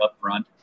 upfront